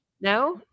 No